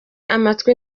amatwi